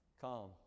Calm